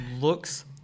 Looks